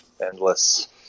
endless